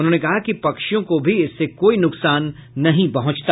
उन्होंने कहा कि पक्षियों को भी इससे कोई नुकसान नहीं पहुंचता